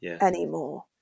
anymore